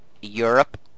Europe